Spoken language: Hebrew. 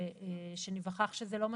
יכול להיות שניווכח שזה לא מספיק,